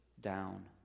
down